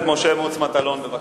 חבר הכנסת משה מוץ מטלון, בבקשה.